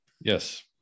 yes